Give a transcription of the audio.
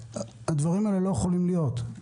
הדברים האלה לא יכולים להיות.